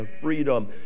freedom